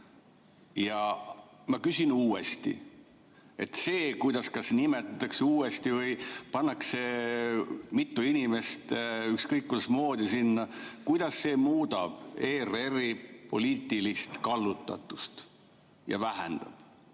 Ma küsin uuesti, et kui kas siis nimetatakse uuesti või pannakse mitu inimest ükskõik kuidasmoodi sinna, kuidas see muudab ERR‑i poliitilist kallutatust ja vähendab